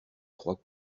trois